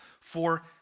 for